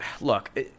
look